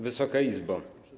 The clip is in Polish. Wysoka Izbo!